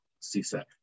CSEC